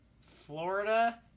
florida